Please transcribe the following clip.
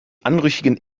anrüchigen